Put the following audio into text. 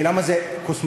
למה זה קוסמטיקאי?